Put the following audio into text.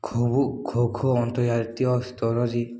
ଖୋ ଖୋଖୋ ଅନ୍ତର୍ଜାତୀୟ ସ୍ତରରେ